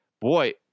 Boy